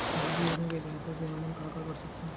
सामजिक योजना के सहायता से हमन का का कर सकत हन?